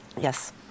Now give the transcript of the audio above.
yes